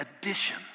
addition